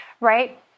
right